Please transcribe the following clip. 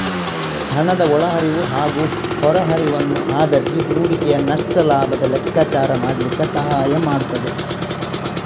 ಹಣದ ಒಳ ಹರಿವು ಹಾಗೂ ಹೊರ ಹರಿವನ್ನು ಆಧರಿಸಿ ಹೂಡಿಕೆಯ ನಷ್ಟ ಲಾಭದ ಲೆಕ್ಕಾಚಾರ ಮಾಡ್ಲಿಕ್ಕೆ ಸಹಾಯ ಮಾಡ್ತದೆ